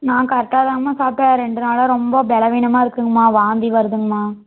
நான் கரெக்டாக தான்மா சாப்பிட்டேன் ரெண்டு நாளாக ரொம்ப பலவீனமா இருக்குதுங்கம்மா வாந்தி வருதுங்கம்மா